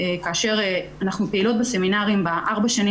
כאשר אנחנו פעילות בסמינרים בארבע השנים